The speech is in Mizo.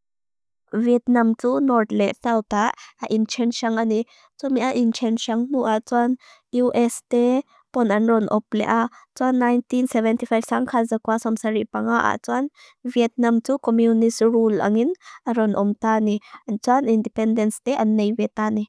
Vietnam tu, North-Left tau ta, a inchang syang ani, tumiso a inchang syang lu a tuan, US te pon an ron op le a, tuan 1975 sang haza kwa som Saripanga a tuan, Vietnam tu, communist rule anin, a ron op ta ni, an tuan independence te an nei ve ta ni.